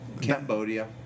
Cambodia